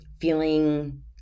feeling